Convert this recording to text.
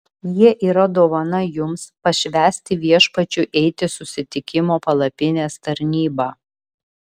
jie yra dovana jums pašvęsti viešpačiui eiti susitikimo palapinės tarnybą